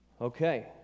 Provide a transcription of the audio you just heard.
Okay